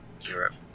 Europe